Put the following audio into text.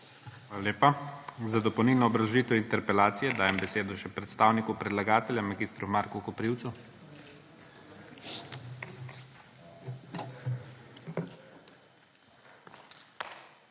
Hvala lepa. Za dopolnilno obrazložitev interpelacije dajem besedo še predstavniku predlagatelja mag. Marku Koprivcu.